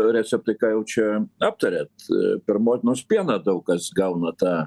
receptai ką jau čia aptarėt per motinos pieną daug kas gauna tą